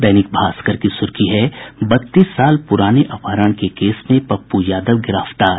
दैनिक भास्कर की सुर्खी है बत्तीस साल पुराने अपहरण के केस में पप्पू यादव गिरफ्तार